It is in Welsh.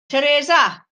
teresa